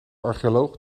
archeoloog